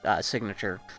signature